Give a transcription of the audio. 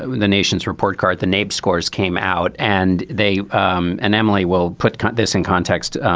and the nation's report card the nabe scores came out and they um and emily will put this in context.